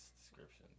description